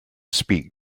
speak